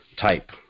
type